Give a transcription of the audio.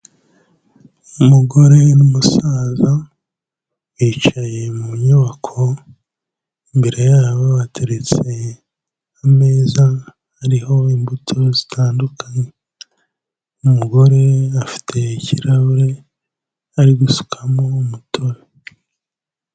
Umugore n'umusaza bicaye mu nyubako, imbere yabo hateretse ameza ariho imbuto zitandukanye, umugore afite ikirahure ari gusukamo umutobe.